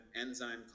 enzyme